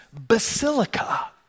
Basilica